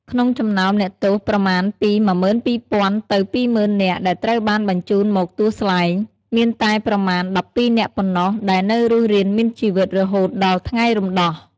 ក្នុងចំណោមអ្នកទោសប្រមាណពី ១២០០០ ទៅ ២០០០០ នាក់ ដែលត្រូវបានបញ្ជូនមកទួលស្លែង មានតែប្រមាណ ១២ នាក់ប៉ុណ្ណោះដែលនៅរស់រានមានជីវិតរហូតដល់ថ្ងៃរំដោះ។